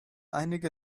einige